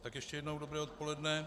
Tak ještě jednou dobré odpoledne.